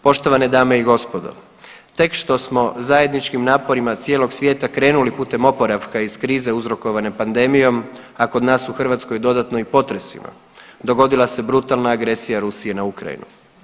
Poštovane dame i gospodo, tek što smo zajedničkim naporima cijelog svijeta krenuli putem oporavka iz krize uzrokovane pandemijom, a kod nas u Hrvatskoj dodatno i potresima, dogodila se brutalna agresija Rusije na Ukrajinu.